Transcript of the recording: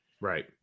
Right